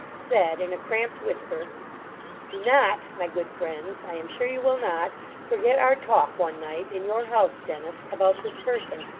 said, in a cramped whisper do not, my good friends i am sure you will not forget our talk one night in your house, dennis about this person.